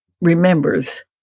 remembers